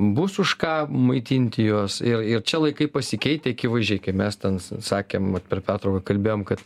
bus už ką maitinti juos ir ir čia laikai pasikeitę akivaizdžiai mes ten s sakėm vat kad per pertrauką kalbėjom kad